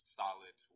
solid